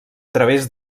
través